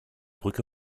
brücke